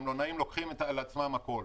המלונאים לוקחים על עצמם הכול.